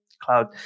Cloud